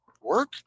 work